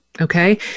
okay